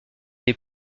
des